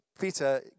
Peter